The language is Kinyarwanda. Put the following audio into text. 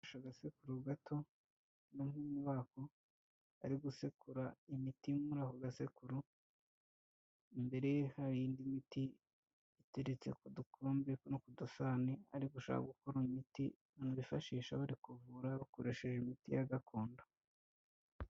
Sha agasekuru gato n’umuhini wako ari gusekura imiti muri ako gasekuru imbere ye hari indi miti iteretse kudukombe no kudusahani ari gushaka gukora imiti mubifashisha bari kuvura bakoresheje imiti ya gakondo.